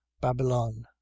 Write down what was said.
babylon